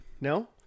No